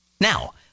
now